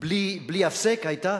בלי הפסק היתה,